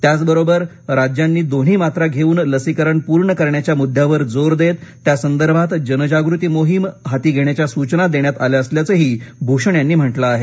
त्याचबरोबर राज्यांनी दोन्ही मात्रा घेवून लसीकरण पूर्ण करण्याच्या मुद्द्यावर जोर देत त्यासंदर्भात जनजागृती मोहीम राज्यांनी हाती घेण्याच्या सूचना देण्यात आल्या असल्याचंही भूषण यांनी म्हटलं आहे